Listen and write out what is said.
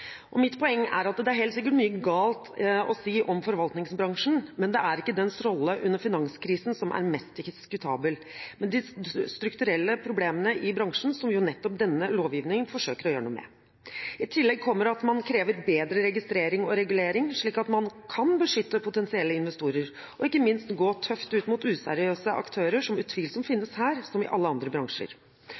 Mitt poeng er at det helt sikkert er mye galt å si om forvaltningsbransjen, men at det ikke er dens rolle under finanskrisen som er mest diskutabel, men de strukturelle problemene i bransjen, som jo nettopp denne lovgivningen forsøker å gjøre noe med. I tillegg kommer at man krever bedre registrering og regulering slik at man kan beskytte potensielle investorer og ikke minst kan gå tøft ut mot useriøse aktører, som utvilsomt finnes her som i alle andre bransjer.